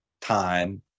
time